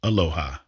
Aloha